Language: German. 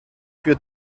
für